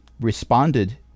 responded